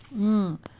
mm